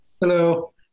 Hello